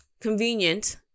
convenient